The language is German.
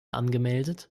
angemeldet